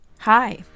hi